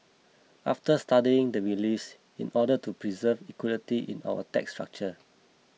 after studying the reliefs in order to preserve equity in our tax structure